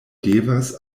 devas